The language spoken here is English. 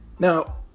Now